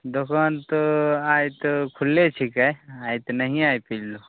दोकान तऽ आइ तऽ खुलले छिकै आइ तऽ नहिये आबि पेलियौ